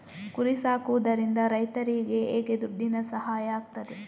ಕುರಿ ಸಾಕುವುದರಿಂದ ರೈತರಿಗೆ ಹೇಗೆ ದುಡ್ಡಿನ ಸಹಾಯ ಆಗ್ತದೆ?